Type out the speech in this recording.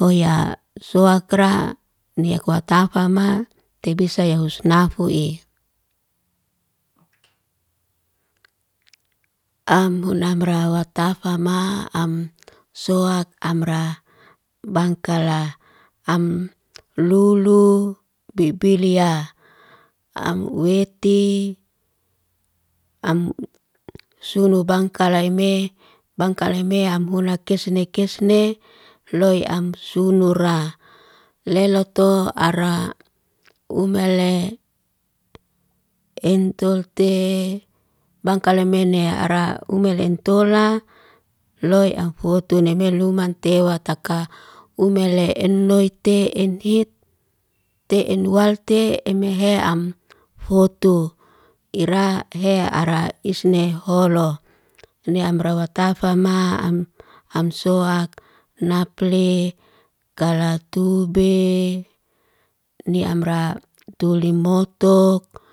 hoyaa. Sowakra nek watafama tebesye o husna fu'i. Am bunamra watafama, am sowak amra bangkala. Am lulu bibiliya, am weti, am sunu bangka layme bangkalaime am munak kesne kesne loy am sulura. Leloto ara umale en tolte bangkala mene ara ume lentola, loy amfoto neme luman tewataka umele en noite en hit, te en wal te emehe am fotu. Ira hy ara isne holo. Ne amra watafama am sowak naple kalatube, ni amra tulimotok.